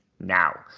now